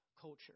culture